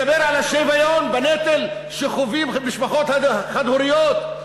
שתדבר על השוויון בנטל שחוות משפחות חד-הוריות,